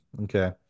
Okay